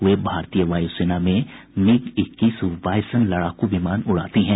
वे भारतीय वायुसेना में मिग इक्कीस बाइसन लड़ाकू विमान उड़ाती हैं